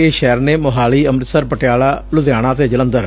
ਇਹ ਸ਼ਹਿਰ ਨੇ ਮੁਹਾਲੀ ਅੰਮ੍ਰਿਤਸਰ ਪਟਿਆਲਾ ਲੁਧਿਆਣਾ ਅਤੇ ਜਲੰਧਰ